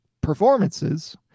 performances